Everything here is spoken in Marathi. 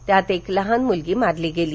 त्यात एक लहान मूलगी मारली गेली